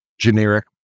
generic